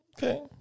Okay